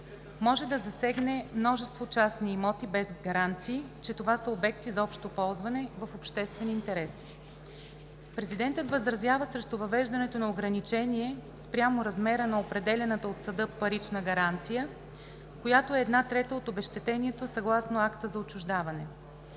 може да засегне множество частни имоти без гаранции, че това са обекти за общо ползване в обществен интерес. Президентът възразява срещу въвеждането на ограничение спрямо размера на определяната от съда парична гаранция, която е една трета от обезщетението съгласно акта за отчуждаване.